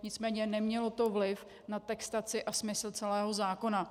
Nicméně nemělo to vliv na textaci a smysl celého zákona.